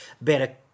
better